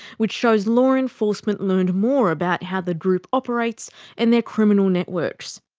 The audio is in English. which shows law enforcement learned more about how the group operates and their criminal networks.